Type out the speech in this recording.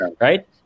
right